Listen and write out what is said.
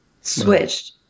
switched